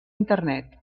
internet